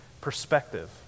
perspective